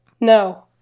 No